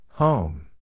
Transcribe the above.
Home